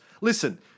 listen